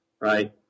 right